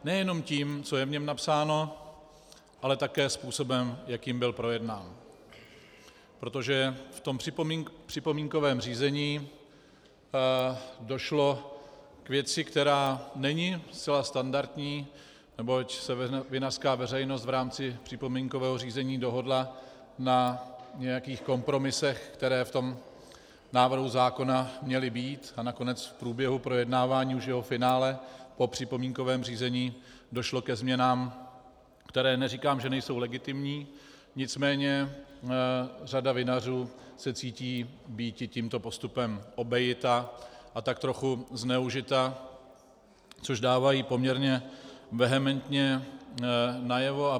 Nejenom tím, co je v něm napsáno, ale také způsobem, jakým byl projednán, protože v připomínkovém řízení došlo k věci, která není zcela standardní, neboť se vinařská veřejnost v rámci připomínkového řízení dohodla na nějakých kompromisech, které v návrhu zákona měly být, a nakonec v průběhu projednávání už jeho finále po připomínkovém řízení došlo ke změnám, které neříkám, že nejsou legitimní, nicméně řada vinařů se cítí býti tímto postupem obejita a tak trochu zneužita, což dávají poměrně vehementně najevo.